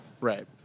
right